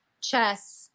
Chess